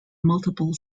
multiple